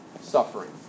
suffering